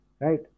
right